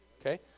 Okay